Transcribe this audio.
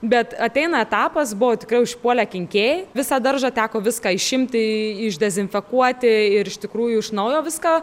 bet ateina etapas buvo tikrai užpuolę kenkėjai visą daržą teko viską išimti išdezinfekuoti ir iš tikrųjų iš naujo viską